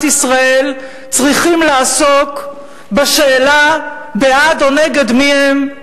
ישראל צריכים לעסוק בשאלה בעד או נגד מי הם,